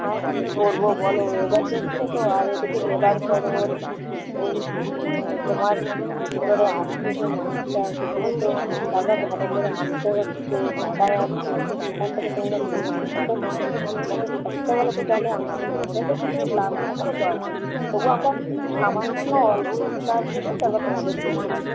হ্যাঁ কী করবো বলো ওয়েদার দেখছো তো আর এদিকে লেবার খরচ এই তোমার বোটে করে আসছে সে রাস্তা সেখানে তো টানা ভ্যানে করে আনতে হচ্ছে চাকায় আনতে হচ্ছে সেখান থেকে তোমরা নিয়ে যাচ্ছো তারপর কত খরচা বলতো তাহলে আমা আমরা তো কিছু লাভ থাকারও দরকার তবুও আমরা সামান্য অল্প কিছু লাভ রেখে তারপর তোমাদেরকে দিয়ে দেই